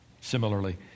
similarly